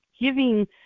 giving